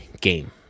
game